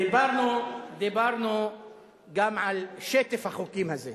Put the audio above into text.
דיברנו גם על שטף החוקים הזה,